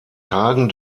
tagen